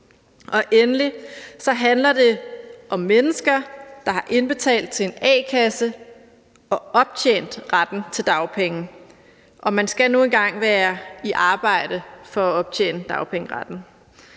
Endelig handler det om mennesker, der har indbetalt til en a-kasse og optjent retten til dagpenge, og man skal nu engang være i arbejde for at optjene dagpengeretten.